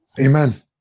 Amen